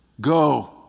Go